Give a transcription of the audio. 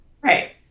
right